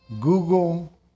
Google